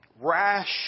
rash